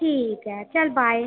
ठीक ऐ चल बाय